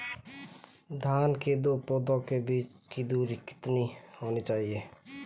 धान के दो पौधों के बीच की दूरी कितनी होनी चाहिए?